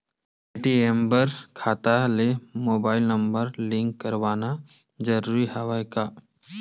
ATM बर खाता ले मुबाइल नम्बर लिंक करवाना ज़रूरी हवय का?